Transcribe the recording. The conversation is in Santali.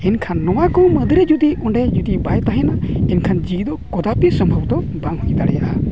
ᱢᱮᱱᱠᱷᱟᱱ ᱱᱚᱣᱟ ᱠᱚ ᱢᱩᱫᱽᱨᱮ ᱡᱩᱫᱤ ᱚᱸᱰᱮ ᱡᱩᱫᱤ ᱵᱟᱭ ᱛᱟᱦᱮᱱᱟ ᱮᱱᱠᱷᱟᱱ ᱡᱤᱣᱤ ᱫᱚ ᱠᱚᱫᱟᱯᱤ ᱥᱚᱢᱵᱷᱚᱛᱚ ᱵᱟᱝ ᱦᱩᱭ ᱫᱟᱲᱮᱭᱟᱜᱼᱟ